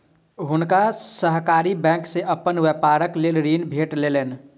हुनका सहकारी बैंक से अपन व्यापारक लेल ऋण भेट गेलैन